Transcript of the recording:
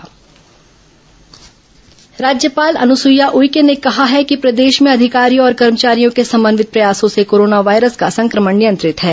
corona राज्यपाल राज्यपाल अनुसुईया उइके ने कहा है कि प्रदेश में अधिकारियों और कर्मचारियों के समन्वित प्रयासों से कोरोना वायरस का संक्रमण नियंत्रित है